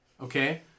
okay